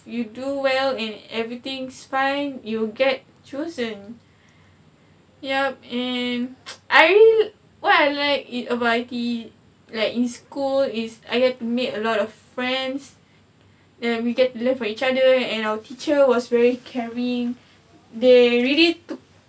you do well and everything's fine you get chosen yup and I really ya I like in a variety like in school is I had made a lot of friends and we get live for each other and our teacher was very caring they already took